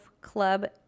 Club